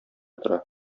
тора